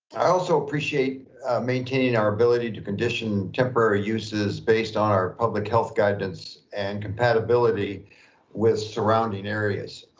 i also appreciate maintaining our ability to condition temporary uses based on our public health guidance and compatibility with surrounding areas.